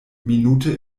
minute